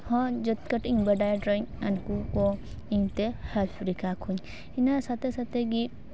ᱤᱧ ᱦᱚᱸ ᱠᱟᱹᱴᱤᱡ ᱤᱧ ᱵᱟᱰᱟᱭᱟ ᱰᱨᱚᱭᱤᱝ ᱩᱱᱠᱩ ᱠᱚ ᱤᱧᱛᱮ ᱟᱸᱠᱟᱣ ᱠᱚᱣᱟ ᱧ ᱤᱱᱟᱹ ᱥᱟᱶᱛᱮ ᱥᱟᱛᱮ ᱜᱮ